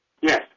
Yes